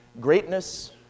Greatness